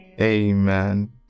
Amen